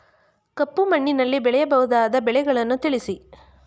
ಕಪ್ಪು ಮಣ್ಣಿನಲ್ಲಿ ಬೆಳೆಯಬಹುದಾದ ಬೆಳೆಗಳನ್ನು ತಿಳಿಸಿ?